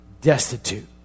destitute